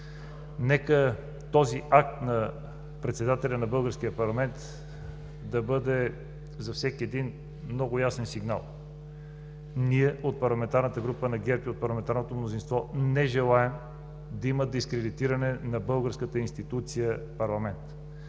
Нека този акт на председателя на българския парламент да бъде много ясен сигнал за всеки: ние от парламентарната група на ГЕРБ и от парламентарното мнозинство не желаем да има дискредитиране на българската институция Парламент!